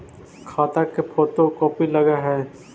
खाता के photo copy लगहै?